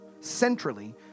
Centrally